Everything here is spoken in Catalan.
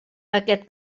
aquest